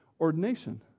ordination